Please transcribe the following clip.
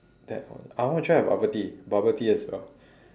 that one I want to try the bubble tea bubble tea as well